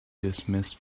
dismissed